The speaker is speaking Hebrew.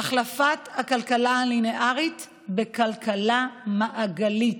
החלפת הכלכלה הליניארית בכלכלה מעגלית.